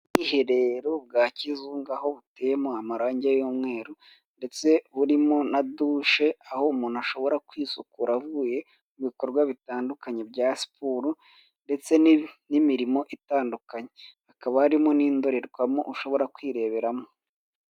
Ubwiherero bwa kizungu aho buteyemo amarangi y'umweru ndetse burimo na dushe aho umuntu ashobora kwisukura avuye mu bikorwa bitandukanye bya siporo ndetse n'imirimo itandukanye hakaba harimo n'indorerwamo ushobora kwireberamo.